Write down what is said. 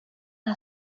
här